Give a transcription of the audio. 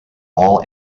all